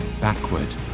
backward